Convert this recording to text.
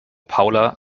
paula